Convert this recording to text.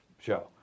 show